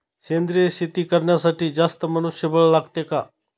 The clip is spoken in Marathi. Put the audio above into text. सेंद्रिय शेती करण्यासाठी जास्त मनुष्यबळ लागते का?